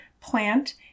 plant